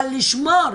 אבל לשמור